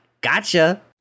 gotcha